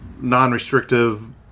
non-restrictive